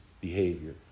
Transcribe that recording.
behavior